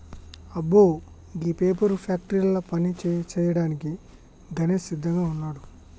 అబ్బో గీ పేపర్ ఫ్యాక్టరీల పని సేయ్యాడానికి గణేష్ సిద్దంగా వున్నాడు